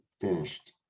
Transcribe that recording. finished